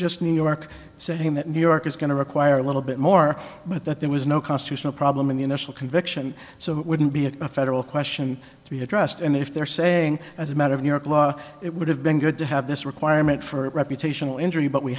just new york saying that new york is going to require a little bit more but that there was no constitutional problem in the initial conviction so it wouldn't be a federal question to be addressed and if they're saying as a matter of new york law it would have been good to have this requirement for a reputational injury but we